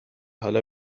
حالا